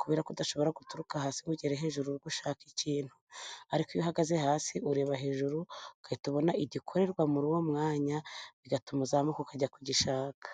kubera ko udashobora guturuka hasi ngo ugere hejuru uri gushaka ikintu. Ariko iyo uhagaze hasi ureba hejuru ugahita ubona igikorerwa muri uwo mwanya, bigatuma uzamuka ukajya kugishaka.